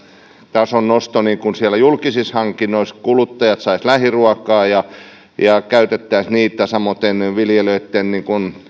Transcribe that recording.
tason nosto julkisissa hankinnoissa kuluttajat saisivat lähiruokaa ja ja käytettäisiin sitä samoiten viljelijöitten